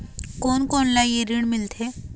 कोन कोन ला ये ऋण मिलथे?